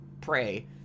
pray